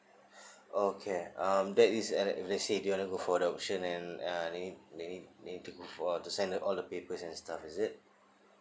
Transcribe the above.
okay um that is at if let's say they wanna go for the adoption and uh they need they need they need to go for the send all the papers and stuff is it